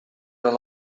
non